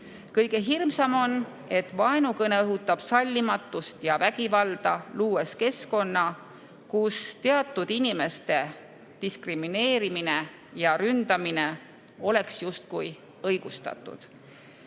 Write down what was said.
Kõige hirmsam on, et vaenukõne õhutab sallimatust ja vägivalda, luues keskkonna, kus teatud inimeste diskrimineerimine ja ründamine oleks justkui õigustatud,